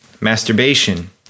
masturbation